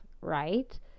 right